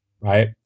right